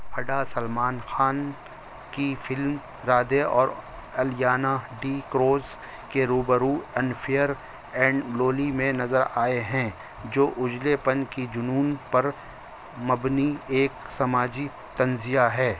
ہڈا سلمان خان کی فلم رادھے اور الیانا ڈی کروز کے روبرو انفیئر اینڈ لولی میں نظر آئے ہیں جو اجلے پن کی جنون پر مبنی ایک سماجی طنزیہ ہے